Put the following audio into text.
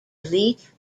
elite